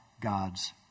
God's